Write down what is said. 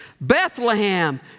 Bethlehem